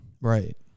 Right